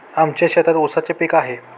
आमच्या शेतात ऊसाचे पीक आहे